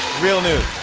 real news.